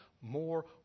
more